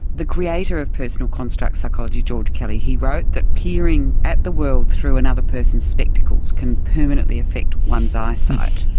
the creator of personal construct psychology, george kelly, he wrote that peering at the world through another person's spectacles can permanently affect one's eyesight.